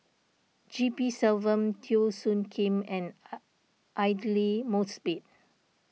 G P Selvam Teo Soon Kim and Aidli Mosbit